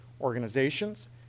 organizations